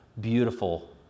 beautiful